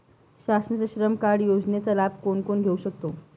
शासनाच्या श्रम कार्ड योजनेचा लाभ कोण कोण घेऊ शकतो?